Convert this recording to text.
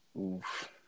oof